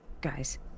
Guys